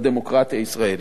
לדמוקרטיה הישראלית.